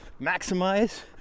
maximize